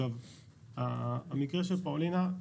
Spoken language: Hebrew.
עכשיו המקרה של פאלינה.